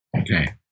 Okay